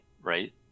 right